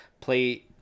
play